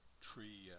tree